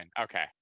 Okay